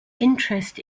interest